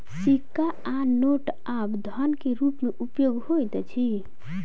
सिक्का आ नोट आब धन के रूप में उपयोग होइत अछि